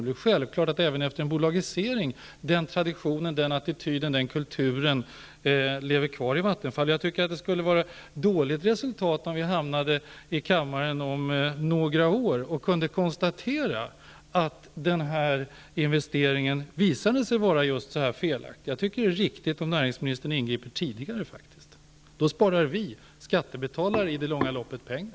Det är självklart att den traditionen, attityden och kulturen lever kvar i Det skulle vara ett dåligt resultat om vi i kammaren om några år kan konstatera att denna investering visar sig vara så felaktig. Jag tycker att det är riktigt att näringsministern skall ingripa tidigare. Då sparar skattebetalarna i det långa loppet pengar.